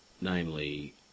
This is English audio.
Namely